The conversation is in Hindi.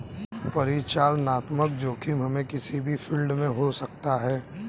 परिचालनात्मक जोखिम हमे किसी भी फील्ड में हो सकता है